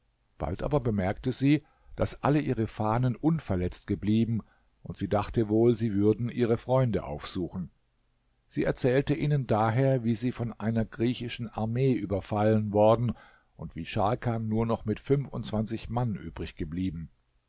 bald aber bemerkte sie daß alle ihre fahnen unverletzt geblieben und sie dachte wohl sie würden ihre freunde aufsuchen sie erzählte ihnen daher wie sie von einer griechischen armee überfallen worden und wie scharkan nur noch mit fünfundzwanzig mann